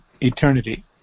eternity